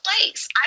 place